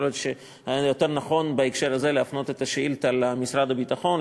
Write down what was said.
יכול להיות שהיה נכון יותר בהקשר הזה להפנות את השאילתה למשרד הביטחון,